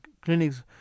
clinics